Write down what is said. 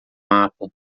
mapa